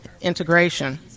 integration